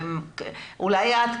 אולי את,